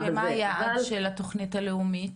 ומה היעד של התכנית הלאומית?